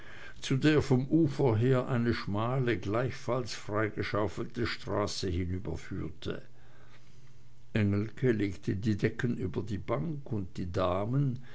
zu der vom ufer her eine schmale gleichfalls freigeschaufelte straße hinüberführte engelke legte die decken über die bank und die damen